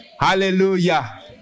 Hallelujah